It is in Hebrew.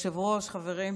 כבוד היושב-ראש, חברים,